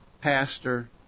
pastor